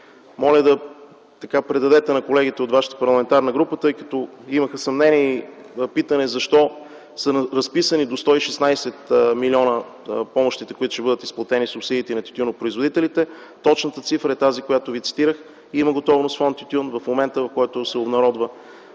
Моля да предадете на колегите от вашата парламентарна група, тъй като имаха съмнение и питане защо са разписани до 116 млн. субсидиите, които ще бъдат изплатени на тютюнопроизводителите. Точната цифра е тази, която ви цитирах. Фонд „Тютюн” има готовност - в момента, в който законът се обнародва